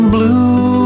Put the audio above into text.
Blue